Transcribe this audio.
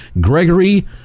Gregory